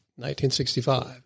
1965